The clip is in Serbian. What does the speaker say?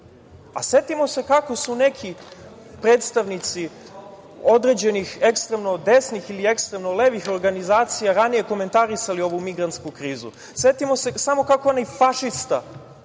Setimo se kako su neki predstavnici određenih ekstremno desnih, ekstremnim levih organizacija ranije komentarisali ovu migrantsku krizu. Setimo se samo kako onaj fašista,